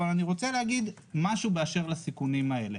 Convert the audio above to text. אבל אני רוצה להגיד משהו באשר לסיכונים האלה.